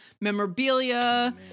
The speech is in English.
memorabilia